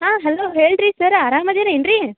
ಹಾಂ ಹಲೋ ಹೇಳಿರಿ ಸರ ಆರಾಮದಿರೇನು ರೀ